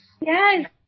Yes